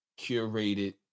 Curated